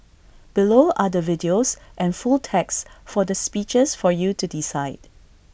below are the videos and full text for the speeches for you to decide